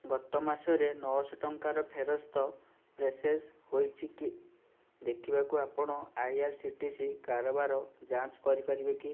ଗତ ମାସରେ ନଅଶହ ଟଙ୍କାର ଫେରସ୍ତ ପ୍ରୋସେସ୍ ହୋଇଛି କି ଦେଖିବାକୁ ଆପଣ I R C T C କାରବାର ଯାଞ୍ଚ କରିପାରିବେ କି